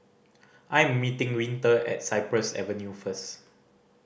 I am meeting Winter at Cypress Avenue first